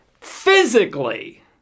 physically